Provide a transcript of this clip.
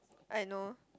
I know